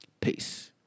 Peace